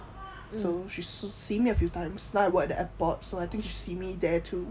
so she see me a few times like we're at the airport so I think she see me there too